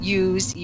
use